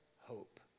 hope